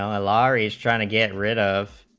l l arias try to get rid of